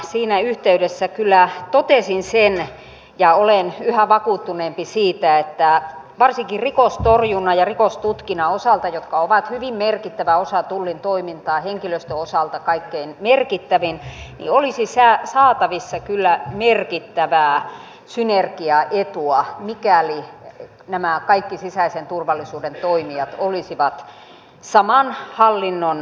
siinä yhteydessä kyllä totesin sen ja olen yhä vakuuttuneempi siitä että varsinkin rikostorjunnan ja rikostutkinnan osalta jotka ovat hyvin merkittävä osa tullin toimintaa henkilöstön osalta kaikkein merkittävin olisi saatavissa kyllä merkittävää synergiaetua mikäli nämä kaikki sisäisen turvallisuuden toimijat olisivat saman hallinnon alaisuudessa